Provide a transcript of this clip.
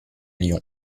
lyon